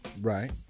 Right